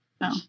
No